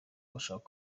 bashaka